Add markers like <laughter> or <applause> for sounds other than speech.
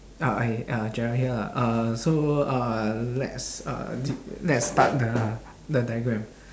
ah !hey! uh gerald here ah uh so uh let's uh <noise> let's start the the diagram